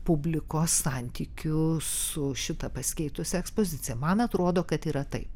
publikos santykiu su šita pasikeitusia ekspozicija man atrodo kad yra taip